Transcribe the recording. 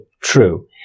true